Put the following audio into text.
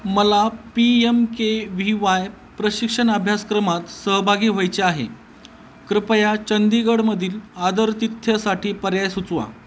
मला P M K V Y प्रशिक्षण अभ्यासक्रमात सहभागी व्हायचे आहे कृपया चंदीगडमधील आदरातिथ्यसाठी पर्याय सुचवा